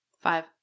Five